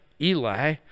Eli